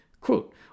Quote